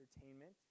Entertainment